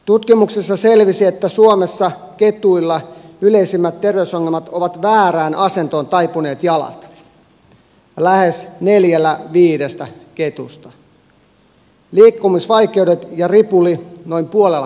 tutkimuksessa selvisi että suomessa ketuilla yleisimmät terveysongelmat ovat väärään asentoon taipuneet jalat lähes neljällä viidestä ketusta liikkumisvaikeudet ja ripuli noin puolella ketuista